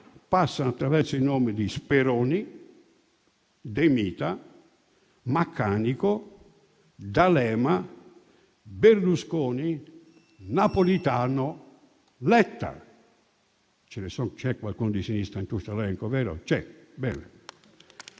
passano attraverso i nomi di Speroni, De Mita, Maccanico, D'Alema, Berlusconi, Napolitano e Letta (ce n'è qualcuno di sinistra in questo elenco, vero?).